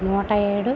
నూట ఏడు